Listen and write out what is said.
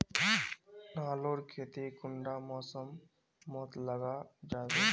आलूर खेती कुंडा मौसम मोत लगा जाबे?